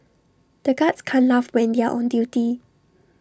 the guards can laugh when they are on duty